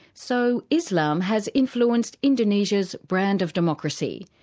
so islam has influenced indonesia's brand of democracy.